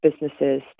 businesses